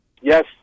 Yes